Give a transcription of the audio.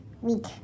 week